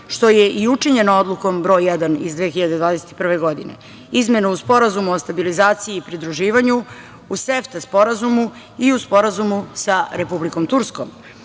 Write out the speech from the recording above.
što je i učinjeno odlukom Broj 1 iz 2021. godine. Izmene u Sporazumu o stabilizaciji i pridruživanju u SEFTA sporazumu i u sporazumu sa Republikom Turskom. Sve